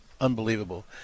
unbelievable